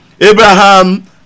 Abraham